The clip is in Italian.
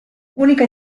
unica